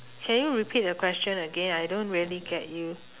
can you repeat your question again I don't really get you